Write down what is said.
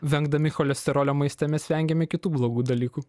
vengdami cholesterolio maiste mes vengiame kitų blogų dalykų